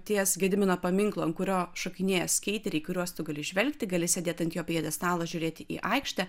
ties gedimino paminklu ant kurio šokinėja skeiteriai kuriuos tu gali įžvelgti gali sėdėti ant jo pjedestalo žiūrėti į aikštę